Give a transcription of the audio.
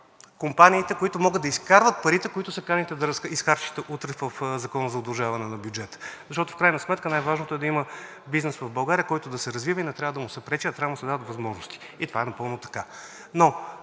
компаниите, които могат да изкарват парите, които се каните да изхарчите утре в Закона за удължаване на бюджета. Защото в крайна сметка най-важното е да има бизнес в България, който да се развива, и не трябва да му се пречи, а трябва да му се дават възможности. Това е така.